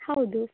ಹೌದು